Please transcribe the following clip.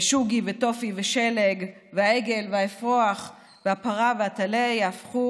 ושוגי וטופי ושלג והעגל והאפרוח והפרה והטלה יהפכו